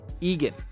Egan